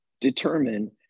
determine